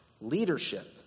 leadership